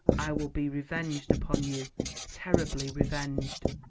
i will be revenged upon you terribly revenged.